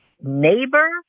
neighbor